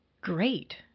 Great